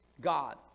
God